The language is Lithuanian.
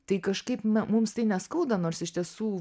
tai kažkaip na mums tai neskauda nors iš tiesų